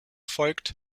folgt